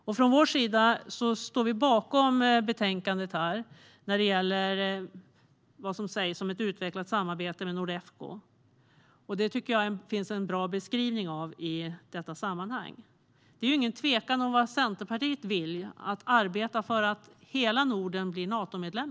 Centerpartiet står bakom betänkandet vad gäller det som sägs om ett utvecklat samarbete med Nordefco. Där finns en bra beskrivning av detta. Det råder inga tvivel om vad Centerpartiet vill, nämligen att arbeta för att hela Norden ska bli Natomedlem.